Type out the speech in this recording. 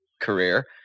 career